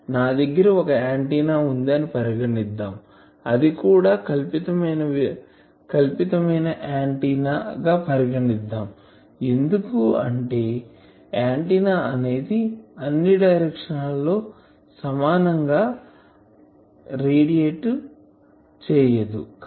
నా దగ్గర ఒక ఆంటిన్నా వుంది అని పరిగణిద్దాం అది కూడా కల్పితమైన ఆంటిన్నా గా పరిగణిద్దాం ఎందుకంటే ఆంటిన్నా అనేది అన్ని డైరెక్షన్ లలో సమానంగా రేడియేట్ అలా చేయదు కనుక